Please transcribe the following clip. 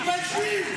תתביישי.